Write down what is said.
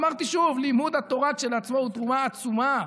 אמרתי, שוב: לימוד התורה כשלעצמו הוא תרומה עצומה.